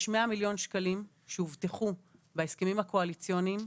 יש 100,000,000 שקלים שהובטחו בהסכמים הקואליציוניים,